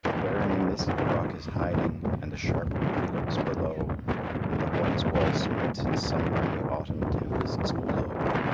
where in the mist the rock is hiding, and the sharp reef lurks below and the white squall smites in summer, and the autumn tempests blow.